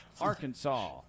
Arkansas